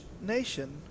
nation